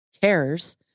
Cares